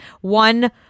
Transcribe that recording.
one